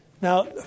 Now